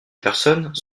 personnes